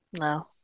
No